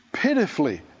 pitifully